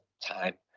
time